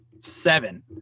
seven